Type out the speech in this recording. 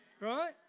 right